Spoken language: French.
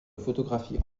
photographie